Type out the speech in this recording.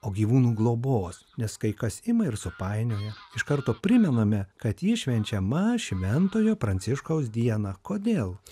o gyvūnų globos nes kai kas ima ir supainioja iš karto primename kad ji švenčiama šventojo pranciškaus dieną kodėl